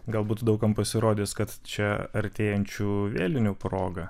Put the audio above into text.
galbūt daug kam pasirodys kad čia artėjančių vėlinių proga